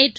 நேற்று